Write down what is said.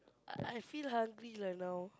I I feel hungry lah now